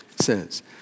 says